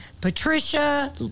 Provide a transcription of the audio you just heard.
Patricia